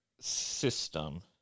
System